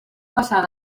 passar